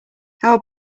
how